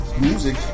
Music